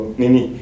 nini